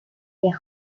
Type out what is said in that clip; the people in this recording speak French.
les